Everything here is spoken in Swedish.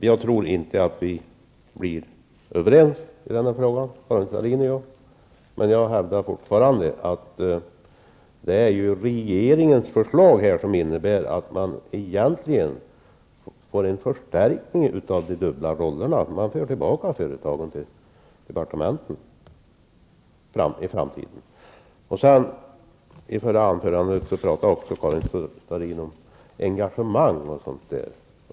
Herr talman! Jag tror inte att Karin Starrin och jag blir överens i den här frågan. Men jag hävdar fortfarande att regeringens förslag innebär att man egentligen får en förstärkning av de dubbla rollerna, att man för tillbaka företagen till departementen i framtiden. I sitt förra anförande talade Karin Starrin om engagemang.